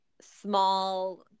small